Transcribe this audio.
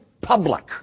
public